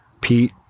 pete